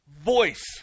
voice